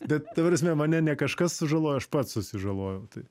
bet ta prasme mane ne kažkas sužalojo aš pats susižalojau tai